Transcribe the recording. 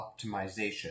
Optimization